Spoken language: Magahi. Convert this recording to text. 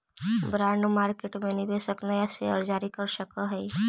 बॉन्ड मार्केट में निवेशक नया शेयर जारी कर सकऽ हई